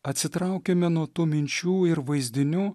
atsitraukiame nuo tų minčių ir vaizdinių